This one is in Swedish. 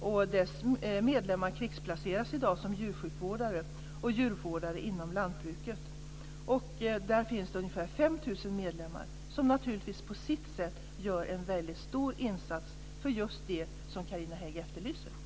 Blå stjärnans medlemmar krigsplaceras i dag som djursjukvårdare och djurvårdare inom lantbruket. Organisationen har ungefär 5 000 medlemmar som naturligtvis på sitt sätt gör en väldigt stor insats för just det som Carina Hägg efterlyser.